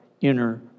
inner